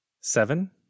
Seven